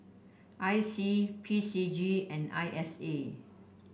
I C P C G and I S A